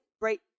right